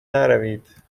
نروید